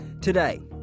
Today